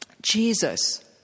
Jesus